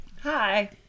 Hi